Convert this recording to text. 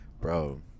bro